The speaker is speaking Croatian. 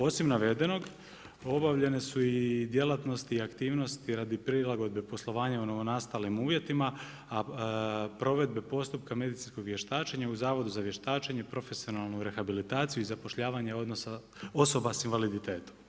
Osim navedenog, obavljene su i djelatnosti i aktivnosti radi prilagodbe poslovanja u novonastalim uvjetima, a provedbe postupka medicinskog vještačenja u Zavodu za vještačenje profesionalnu rehabilitaciju i zapošljavanje osoba s invaliditetom.